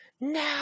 No